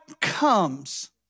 comes